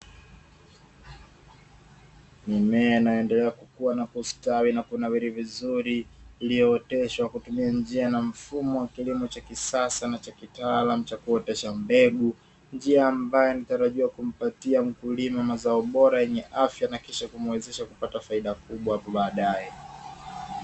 Mimea inaendelea kukua na kustawi na kunawiri vizuri iliyooteshwa kutumia njia na mfumo wa kilimo cha kisasa na cha kitaalamu cha kuotesha mbegu, njia ambayo nitarajiwa kumpatia mkulima mazao bora yenye afya na kisha kumwezesha kupata faida kubwa hapa baadaye.